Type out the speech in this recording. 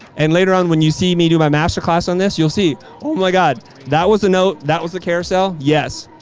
and later on when you see me do my masterclass on this you'll see oh my god that was a note that was a carousel. yes.